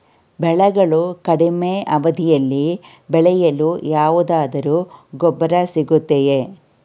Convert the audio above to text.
ಬೆಳೆಗಳು ಕಡಿಮೆ ಅವಧಿಯಲ್ಲಿ ಬೆಳೆಯಲು ಯಾವುದಾದರು ಗೊಬ್ಬರ ಸಿಗುತ್ತದೆಯೇ?